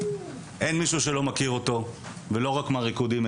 אין מי שלא מכיר אותו ולא רק מהריקודים,